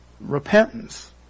Repentance